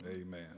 Amen